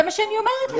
זה מה שאני אומרת.\